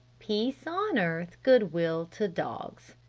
peace on earth, good will to dogs.